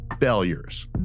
failures